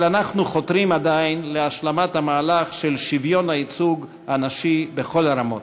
אבל אנחנו חותרים עדיין להשלמת המהלך של שוויון הייצוג הנשי בכל הרמות.